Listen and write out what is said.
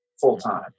full-time